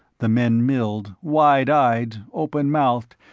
the men milled, wide-eyed, open-mouthed,